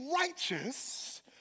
righteous